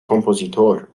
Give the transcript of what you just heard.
compositor